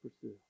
pursue